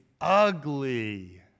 ugly